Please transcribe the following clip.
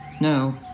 No